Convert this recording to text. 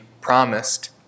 promised